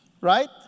Right